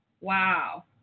Wow